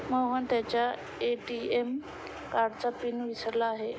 मोहन त्याच्या ए.टी.एम कार्डचा पिन विसरला आहे